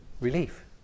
Relief